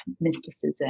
mysticism